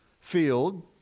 field